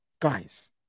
guys